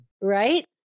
Right